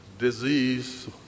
Disease